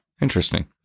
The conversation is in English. interesting